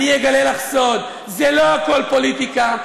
אני אגלה לךְ סוד: לא הכול פוליטיקה.